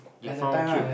you found cute